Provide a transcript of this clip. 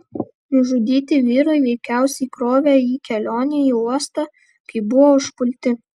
nužudyti vyrai veikiausiai krovė jį kelionei į uostą kai buvo užpulti